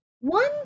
One